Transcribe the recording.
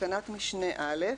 בתקנת משנה (א)